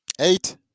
Eight